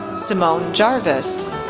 simone jarvis,